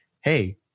Hey